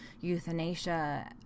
euthanasia